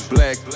Black